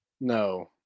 No